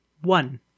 One